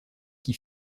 qui